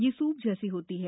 यह सूप जैसी होती है